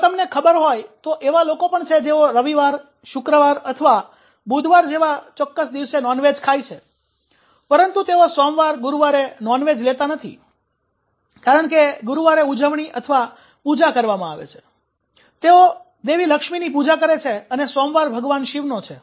જો તમને ખબર હોય તો એવા લોકો પણ છે જેઓ રવિવાર શુક્રવાર અથવા બુધવાર જેવા ચોક્કસ દિવસે નોન વેજ ખાય છે પરંતુ તેઓ સોમવારે ગુરુવારે નોન વેજ લેતા નથી કારણ કે ગુરુવારે ઉજવણી અથવા પૂજા કરવામાં આવે છે તેઓ દેવી લક્ષ્મીની પૂજા કરે છે અને સોમવાર ભગવાન શિવનો છે